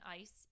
ICE